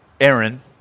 Aaron